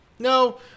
No